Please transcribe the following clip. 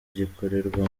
gikorerwa